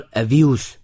abuse